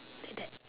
like that